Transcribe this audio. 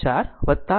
04 1